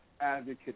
advocate